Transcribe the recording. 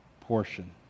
portion